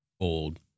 old